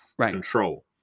control